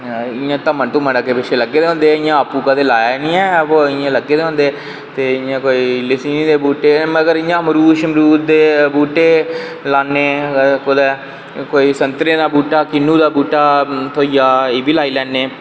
इंया धम्मन ते लग्गे दे होंदे ते आपूं इंया कदें लाया निं ऐ बो इंया लग्गे दे होंदे ते इंया लसूनी दे बूह्टे मगर इंया मरूद दे बूह्टे लाने कुदै कोई संतरें दा बूह्टा कोई किन्नू दा बूह्टा थ्होई जा एह्बी लाई लैन्ने